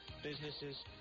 businesses